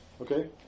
okay